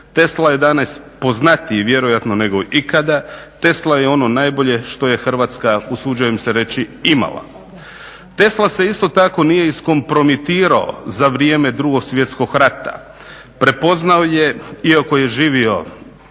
Tesla je danas poznatiji vjerojatno nego ikada, Tesla je ono najbolje što je Hrvatska usuđujem se reći imala. Tesla se isto tako nije iskompromitirao za vrijeme 2.svjetskog rata, prepoznao je iako je živo